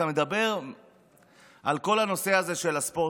אתה מדבר על כל הנושא הזה של ספורט,